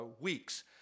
weeks